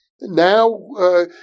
now